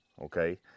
okay